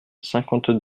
cinquante